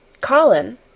Colin